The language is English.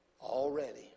already